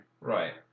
Right